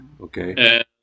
Okay